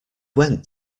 went